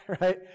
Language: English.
Right